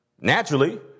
Naturally